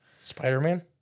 Spider-Man